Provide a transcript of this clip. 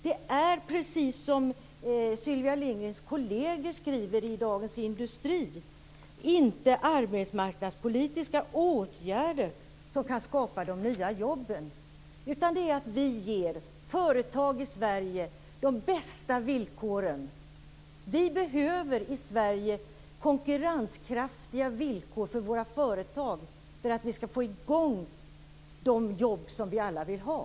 Det är precis som Sylvia Lindgrens kolleger skriver i Dagens Industri, att det inte är arbetsmarknadspolitiska åtgärder som kan skapa de nya jobben. Det som skapar nya jobb är att vi ger företag i Sverige de bästa villkoren. Vi behöver i Sverige konkurrenskraftiga villkor för våra företag för att vi skall få i gång alla de jobb som vi alla vill ha.